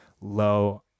low